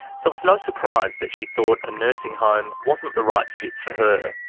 so it's no surprise that she thought a nursing home wasn't the right fit for her.